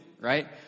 right